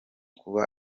kuba